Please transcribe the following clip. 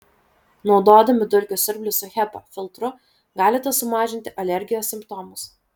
naudodami dulkių siurblį su hepa filtru galite sumažinti alergijos simptomus